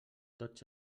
tots